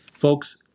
Folks